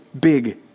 big